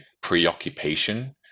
preoccupation